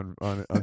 on